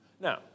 Now